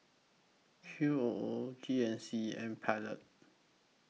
Q O O G N C and Pilot